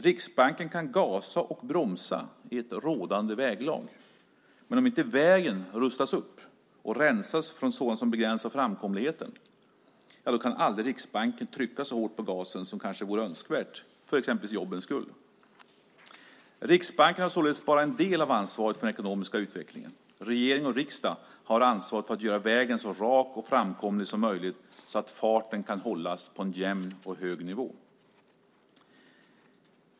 Riksbanken kan gasa och bromsa i ett rådande väglag, men om inte vägen rustas upp och rensas från sådant som begränsar framkomligheten, ja, då kan aldrig Riksbanken trycka så hårt på gasen som kanske vore önskvärt för exempelvis jobbens skull. Riksbanken har således bara en del av ansvaret för den ekonomiska utvecklingen. Regering och riksdag har ansvar för att göra vägen så rak och framkomlig som möjligt, så att farten kan hållas på en jämn och hög nivå.